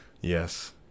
Yes